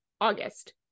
August